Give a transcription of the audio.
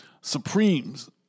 Supremes